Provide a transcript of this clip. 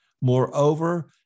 Moreover